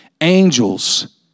angels